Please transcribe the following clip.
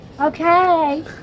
Okay